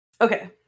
Okay